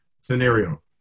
scenario